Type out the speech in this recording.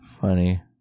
funny